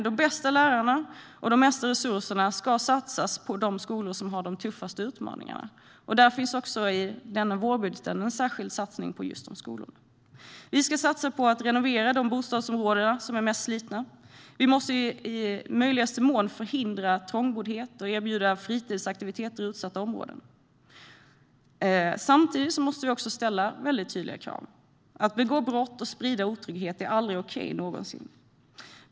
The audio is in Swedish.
De bästa lärarna och de mesta resurserna ska satsas på de skolor som har de tuffaste utmaningarna. I vårbudgeten finns det en särskild satsning på just dessa skolor. Vi ska satsa på att renovera de bostadsområden som är mest slitna. Vi måste i möjligaste mån förhindra trångboddhet och erbjuda fritidsaktiviteter i utsatta områden. Samtidigt måste vi ställa väldigt tydliga krav. Att begå brott och sprida otrygghet är aldrig någonsin okej.